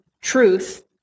truth